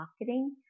marketing